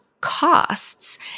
costs